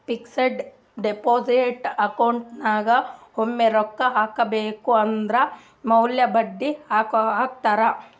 fixed deposit account ನಾಗ್ ಒಮ್ಮೆ ರೊಕ್ಕಾ ಹಾಕಬೇಕ್ ಅದುರ್ ಮ್ಯಾಲ ಬಡ್ಡಿ ಹಾಕ್ತಾರ್